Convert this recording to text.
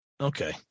Okay